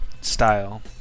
style